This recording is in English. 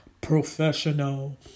professional